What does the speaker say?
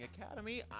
Academy